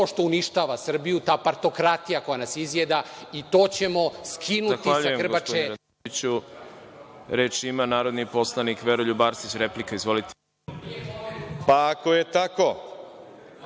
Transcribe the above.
što uništava Srbiju, ta partokratija koja nas izjeda i to ćemo skinuti sa grbače